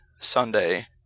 Sunday